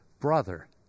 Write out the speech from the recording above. brother